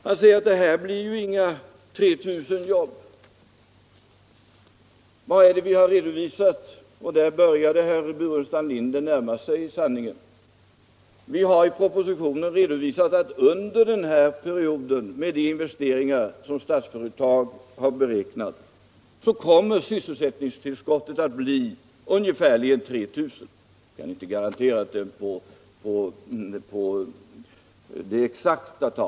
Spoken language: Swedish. Han säger att här blir inga 3 000 jobb. Vad är det vi redovisat? Där började herr Burenstam Linder att närma sig sanningen. Vi har redovisat i propositionen att under perioden kommer sysselsättningstillskottet att bli ungefär 3 000, med de investeringar som Statsföretag har beräknat.